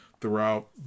throughout